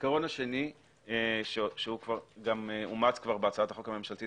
העיקרון השני שאומץ כבר בהצעת החוק הממשלתית